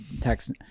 text